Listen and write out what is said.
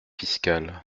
fiscale